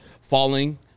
falling